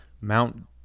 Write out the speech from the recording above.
Mount